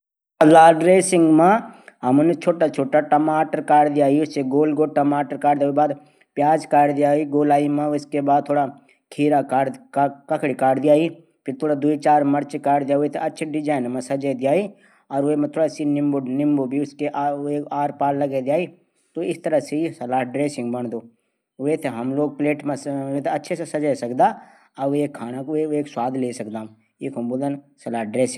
वाशिंग एक कपडा धूणा मसीन चा। जू अपण आप कपडो थे धुवे दींदी। मसीन मा पानी डिटर्जेंट और गर्मी कू उपयोग कैरी यह कपडो थे धूधी चा।